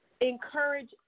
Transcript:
encourage